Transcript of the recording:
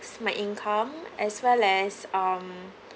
my income as well as um